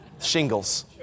Shingles